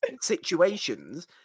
situations